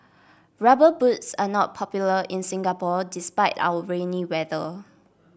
rubber boots are not popular in Singapore despite our rainy weather